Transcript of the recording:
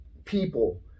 people